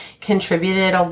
contributed